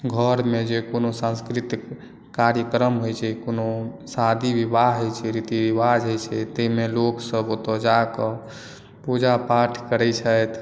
घरमे जे कोनो सांस्कृतिक कार्यक्रम होइ छै कोनो शादी विवाह होइ छै रीति रिवाज होइ छै ताहिमे लोक सभ ओतय जाकऽ पूजा पाठ करै छथि